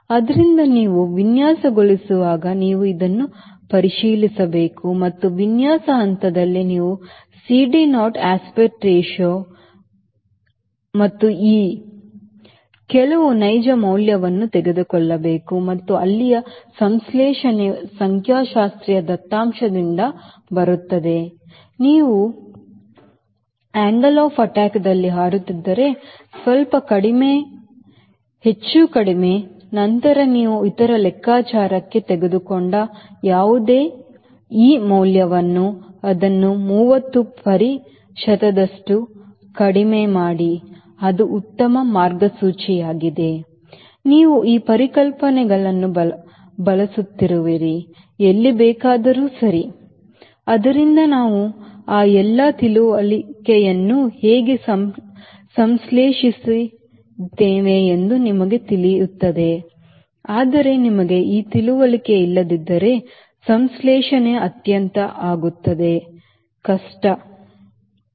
ಆದ್ದರಿಂದ ನೀವು ವಿನ್ಯಾಸಗೊಳಿಸುವಾಗ ನೀವು ಇದನ್ನು ಪರಿಶೀಲಿಸಬೇಕು ಮತ್ತು ವಿನ್ಯಾಸ ಹಂತದಲ್ಲಿ ನೀವು CD naught aspect ratio and e ಯ ಕೆಲವು ನೈಜ ಮೌಲ್ಯವನ್ನು ತೆಗೆದುಕೊಳ್ಳಬೇಕು ಮತ್ತು ಅಲ್ಲಿಯೇ ಸಂಶ್ಲೇಷಣೆ ಸಂಖ್ಯಾಶಾಸ್ತ್ರೀಯ ದತ್ತಾಂಶದಿಂದ ಬರುತ್ತದೆ ಮತ್ತು ನೀವು angle of attackದಲ್ಲಿ ಹಾರುತ್ತಿದ್ದರೆ ಸ್ವಲ್ಪ ಹೆಚ್ಚು ಕಡಿಮೆ ನಂತರ ನೀವು ಇತರ ಲೆಕ್ಕಾಚಾರಕ್ಕೆ ತೆಗೆದುಕೊಂಡ ಯಾವುದೇ e ಮೌಲ್ಯವನ್ನು ಅದನ್ನು ಮೂವತ್ತು ಪ್ರತಿಶತದಷ್ಟು ಕಡಿಮೆ ಮಾಡಿ ಅದು ಉತ್ತಮ ಮಾರ್ಗಸೂಚಿಯಾಗಿದೆ ನೀವು ಈ ಪರಿಕಲ್ಪನೆಗಳನ್ನು ಬಳಸುತ್ತಿರುವಿರಿ ಎಲ್ಲಿ ಬೇಕಾದರೂ ಸರಿ ಆದ್ದರಿಂದ ನಾವು ಆ ಎಲ್ಲ ತಿಳುವಳಿ ಕೆಯನ್ನು ಹೇಗೆ ಸಂಶ್ಲೇಷಿಸಲಿದ್ದೇವೆ ಎಂದು ನಿಮಗೆ ತಿಳಿಯುತ್ತದೆ ಆದರೆ ನಿಮಗೆ ಈ ತಿಳುವಳಿಕೆ ಇಲ್ಲದಿದ್ದರೆ ಸಂಶ್ಲೇಷಣೆ ಅತ್ಯಂತ ಆಗುತ್ತದೆ ಕಷ್ಟ ಹಕ್ಕು